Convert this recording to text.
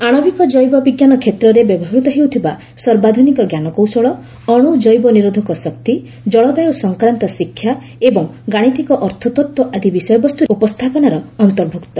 ଆଶବିକ ଜୈବ ବିଜ୍ଞାନ କ୍ଷେତ୍ରରେ ବ୍ୟବହୃତ ହେଉଥିବା ସର୍ବାଧୁନିକ ଜ୍ଞାନକୌଶଳ ଅଣୁ ଜୈବ ନିରୋଧକ ଶକ୍ତି ଜଳବାୟୁ ସଂକ୍ରାନ୍ତ ଶିକ୍ଷା ଏବଂ ଗାଣିତିକ ଅର୍ଥତତ୍ତ୍ୱ ଆଦି ବିଷୟବସ୍ତୁ ଉପସ୍ଥାପନାର ଅନ୍ତର୍ଭୁକ୍ତ